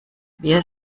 wir